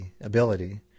ability